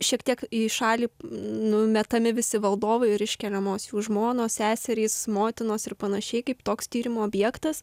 šiek tiek į šalį numetami visi valdovai ir iškeliamos jų žmonos seserys motinos ir panašiai kaip toks tyrimų objektas